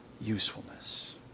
usefulness